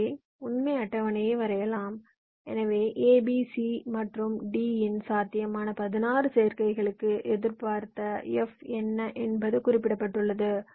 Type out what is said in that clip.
எனவே உண்மை அட்டவணையை வரையலாம் எனவே A B C மற்றும் D இன் சாத்தியமான 16 சேர்க்கைகளுக்கு எதிர்பார்த்த F என்ன என்பது குறிப்பிடப்பட்டுள்ளது